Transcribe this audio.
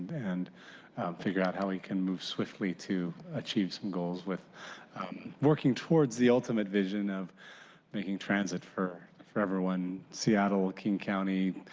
and figure out how we can move swiftly to achieve some goals working towards the ultimate vision of making transit for for everyone, seattle, king county,